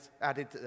added